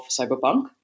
Cyberpunk